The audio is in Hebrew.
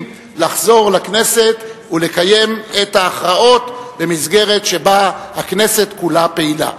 לחזור לכנסת ולקיים את ההכרעות במסגרת שבה הכנסת כולה פעילה.